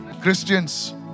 Christians